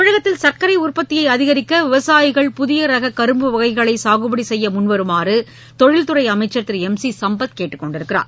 தமிழகத்தில் சர்க்கரை உற்பத்தியை அதிகரிக்க விவசாயிகள் புதிய ரக கரும்பு வகைகளை சாகுபடி செய்ய முன்வருமாறு தொழில்துறை அமைச்சர் திரு எம் சி சம்பத் கேட்டுக்கொண்டுள்ளார்